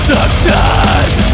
Success